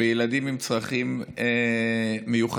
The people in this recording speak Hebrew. בילדים עם צרכים מיוחדים.